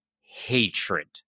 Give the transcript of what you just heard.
hatred